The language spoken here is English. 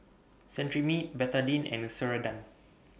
Cetrimide Betadine and Ceradan